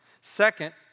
Second